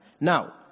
Now